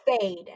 fade